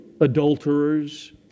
adulterers